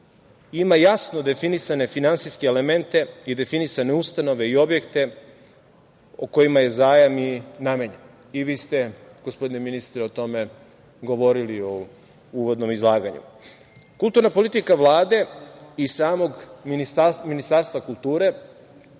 ima jasno definisane finansijske elemente i definisane ustanove i objekte kojima je zajam i namenjen. Vi ste, gospodine ministre, o tome govorili u uvodnom izlaganju. Kulturna politika Vlade i samog Ministarstva kulture